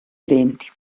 eventi